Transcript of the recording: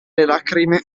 lacrime